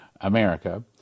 America